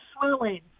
swelling